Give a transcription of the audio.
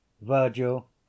Virgil